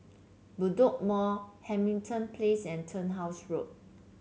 Bedok Mall Hamilton Place and Turnhouse Road